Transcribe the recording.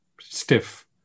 stiff